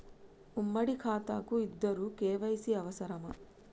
ఉమ్మడి ఖాతా కు ఇద్దరు కే.వై.సీ అవసరమా?